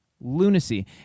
Lunacy